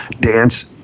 dance